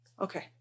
Okay